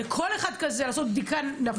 לכל אחד כזה צריך לעשות בדיקה נפשית,